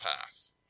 path